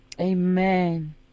amen